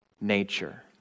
nature